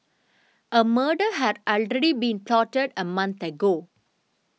a murder had already been plotted a month ago